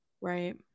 right